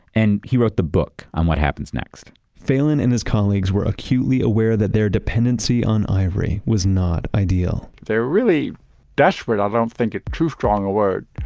and he wrote the book on what happens next phelan and his colleagues were acutely aware that their dependency on ivory was not ideal they're really desperate, i don't think is too strong a word,